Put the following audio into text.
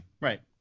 right